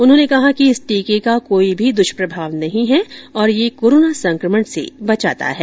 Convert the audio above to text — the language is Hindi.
उन्होंने कहा कि इस टीके का कोई भी द्ष्प्रभाव नहीं है और यह कोरोना संकमण से बचाता है